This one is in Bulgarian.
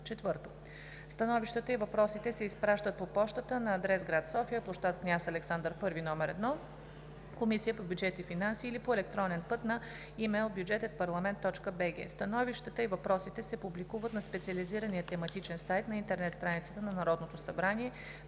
4. Становищата и въпросите се изпращат по пощата на адрес: гр. София, пл. „Княз Александър I“ № 1, Комисия по бюджет и финанси, или по електронен път на e-mail: budget@parliament.bg. Становищата и въпросите се публикуват на специализирания тематичен сайт на интернет страницата на Народното събрание